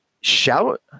Shout